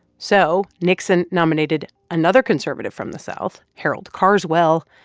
so nixon nominated another conservative from the south, harrold carswell,